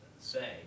say